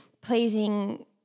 pleasing